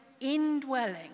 indwelling